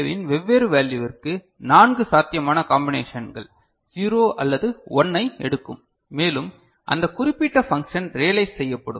win வெவ்வேறு வேல்யுவிற்கு 4 சாத்தியமான காம்பினேஷன்கள் 0 அல்லது 1 ஐ எடுக்கும் மேலும் அந்த குறிப்பிட்ட பங்க்ஷன் ரியலைஸ் செய்யப்படும்